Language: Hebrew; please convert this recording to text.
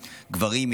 גברים,